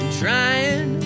trying